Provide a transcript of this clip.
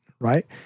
Right